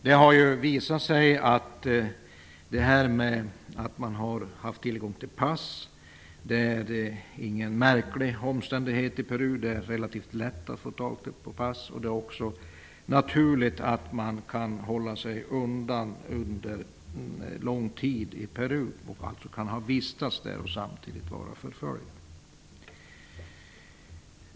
Det har visat sig att det inte är någon märklig omständighet att de har haft tillgång till pass, då det är relativt lätt att få tag i pass i Peru. Det är också naturligt att de har kunnat hålla sig undan under lång tid i Peru och därmed vistats där samtidigt som de varit förföljda.